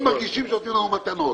ולפעמים מרגישים שנותנים לנו מתנות.